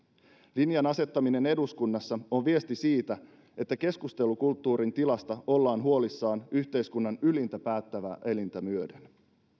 linjan asettaminen eduskunnassa on viesti siitä että keskustelukulttuurin tilasta ollaan huolissaan yhteiskunnan ylintä päättävää elintä myöden